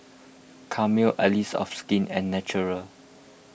Camel Allies of Skin and Naturel